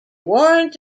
warrant